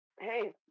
hey